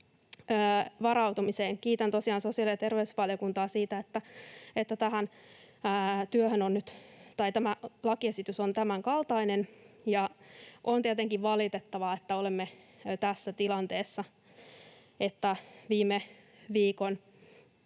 varautumiseen: Kiitän tosiaan sosiaali‑ ja terveysvaliokuntaa siitä, että tämä lakiesitys on tämänkaltainen. On tietenkin valitettavaa, että olemme tässä tilanteessa, että viime viikon